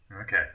Okay